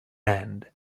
end